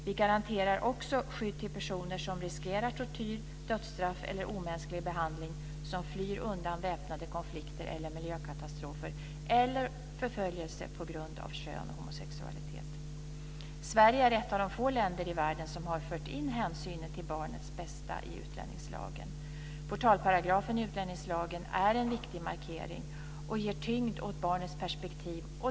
Vi garanterar också skydd till personer som riskerar tortyr, dödsstraff eller omänsklig behandling, som flyr undan väpnade konflikter eller miljökatastrofer eller undan förföljelse på grund av kön eller homosexualitet. Sverige är att de få länder i världen som har fört in hänsynen till barnets bästa i utlänningslagen. Portalparagrafen i utlänningslagen är en viktig markering och ger tyngd åt barnets perspektiv.